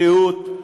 בריאות,